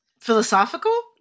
Philosophical